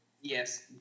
yes